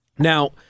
Now